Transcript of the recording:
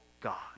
God